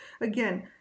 again